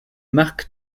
marque